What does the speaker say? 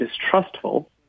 distrustful